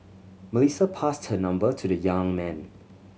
Melissa passed her number to the young man